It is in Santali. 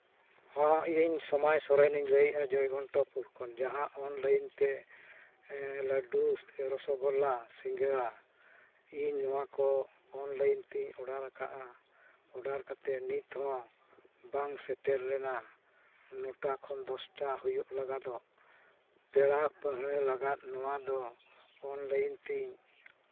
ᱦᱮᱸ ᱤᱧ ᱥᱳᱢᱟᱭ ᱥᱚᱨᱮᱱᱤᱧ ᱞᱟᱹᱭᱮᱜᱼᱟ ᱡᱚᱭ ᱜᱷᱚᱱᱴᱚᱯᱩᱨ ᱠᱷᱚᱱ ᱡᱟᱦᱟᱸ ᱚᱱᱞᱟᱭᱤᱱ ᱛᱮ ᱞᱟᱹᱰᱩ ᱥᱮ ᱨᱚᱥᱜᱩᱞᱞᱟ ᱥᱤᱸᱜᱟᱹᱲᱟ ᱤᱧ ᱱᱚᱣᱟ ᱠᱚ ᱚᱱᱞᱟᱭᱤᱱ ᱛᱤᱧ ᱚᱰᱟᱨ ᱠᱟᱜᱼᱟ ᱚᱰᱟᱨ ᱠᱟᱛᱮᱫ ᱱᱤᱛᱦᱚᱸ ᱵᱟᱝ ᱥᱮᱴᱮᱨ ᱞᱮᱱᱟ ᱱᱚᱴᱟ ᱠᱷᱚᱱ ᱫᱚᱥᱴᱟ ᱦᱩᱭᱩᱜ ᱞᱟᱹᱜᱤᱫᱚᱜ ᱯᱮᱲᱟ ᱯᱟᱹᱲᱦᱟᱹ ᱞᱟᱜᱟᱫ ᱱᱚᱣᱟ ᱫᱚ ᱚᱱᱞᱟᱭᱤᱱ ᱛᱤᱧ